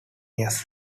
years